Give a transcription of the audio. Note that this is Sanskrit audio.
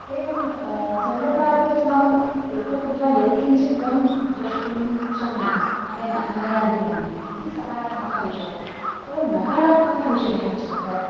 एवं सर्वत्रापि अस्माकं यत्र कुत्र यत्किञ्चित् वयं द्रष्टुं शक्नुमः अनेन अनया दूरवाण्या इति सकारात्मकः विषयः एवं नकारात्मकः विषयः चेत्